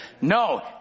No